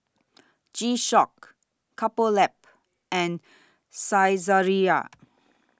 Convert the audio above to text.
G Shock Couple Lab and Saizeriya